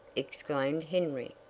exclaimed henry.